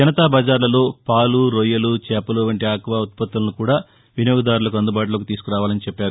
జనతా బజార్లలో పాలు రొయ్యలు చేపలు వంటి ఆక్వా ఉత్పత్తులను కూడా వినియోగదారులకు అందుబాటులోకి తీసుకురావాలని చెప్పారు